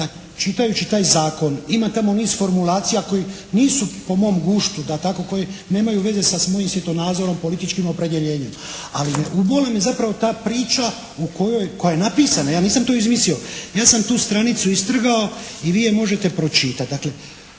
čitajući taj zakon, ima tamo niz formulacija koje nisu po mom guštu da tako, koji nemaju veze sa mojim svjetonazorom i političkim opredjeljenjem. Ali boli me zapravo ta priča u kojoj, koja je napisana, ja nisam to izmislio. Ja sam tu stranicu istrgao i vi je možete pročitati,